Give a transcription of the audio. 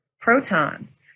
protons